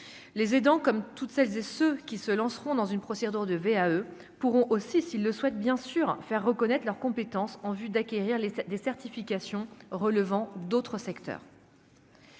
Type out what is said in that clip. les aidant, comme toutes celles et ceux qui se lanceront dans une procédure de VAE pourront aussi s'il le souhaite, bien sûr, faire reconnaître leurs compétences en vue d'acquérir les des certifications relevant d'autres secteurs.